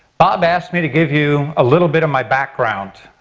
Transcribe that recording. bob asked me to give you a little bit of my background.